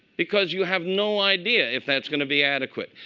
because you have no idea if that's going to be adequate.